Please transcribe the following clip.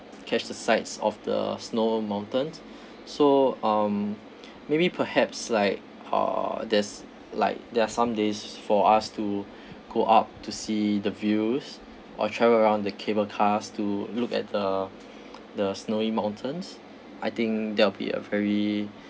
catch the sides of the snow mountains so um maybe perhaps like uh there's like there are some days for us to go up to see the views or travel around the cable cars to look at the the snowy mountains I think that'll be a very